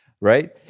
right